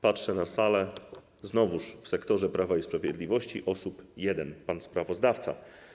Patrzę na salę i znowu w sektorze Prawa i Sprawiedliwości osób: jedna, pan sprawozdawca.